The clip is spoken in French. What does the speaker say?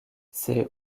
ces